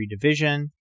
Division